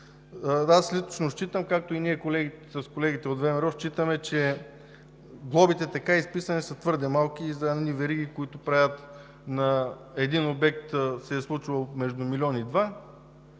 Аз лично считам, както и ние с колегите от ВМРО считаме, че глобите, така записани, са твърде малки за едни вериги, които правят, на един обект се е случвало, между милион и два.